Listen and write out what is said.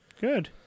Good